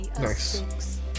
Nice